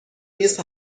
نیست